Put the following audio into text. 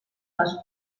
les